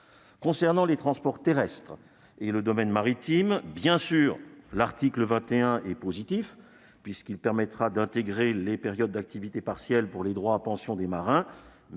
aborder les transports terrestres et le domaine maritime. L'article 21 est évidemment positif, puisqu'il permettra d'intégrer les périodes d'activité partielle pour les droits à pension des marins.